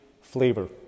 flavor